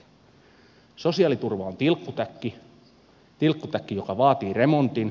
sosiaaliturva on tilkkutäkki tilkkutäkki joka vaatii remontin